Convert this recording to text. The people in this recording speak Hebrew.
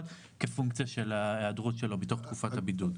כפונקציה של ההיעדרות שלו בתוך תקופת הבידוד.